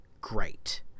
great